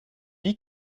dit